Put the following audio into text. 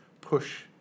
push